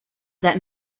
that